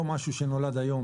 שנולד היום.